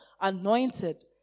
anointed